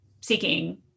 seeking